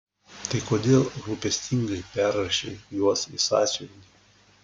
tai kodėl rūpestingai perrašei juos į sąsiuvinį